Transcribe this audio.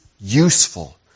useful